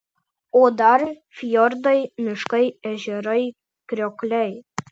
o dar fjordai miškai ežerai kriokliai